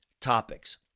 topics